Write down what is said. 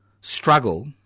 struggle